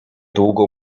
długo